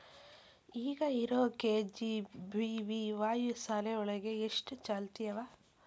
ಈಗ ಇರೋ ಕೆ.ಜಿ.ಬಿ.ವಿ.ವಾಯ್ ಶಾಲೆ ಒಳಗ ಎಷ್ಟ ಚಾಲ್ತಿ ಅವ?